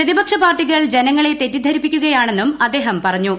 പ്രതിപക്ഷ പാർട്ടികൾ ജനങ്ങളെ തെറ്റിദ്ധരിപ്പിക്കുകയാണെന്നും അദ്ദേഹം പറഞ്ഞു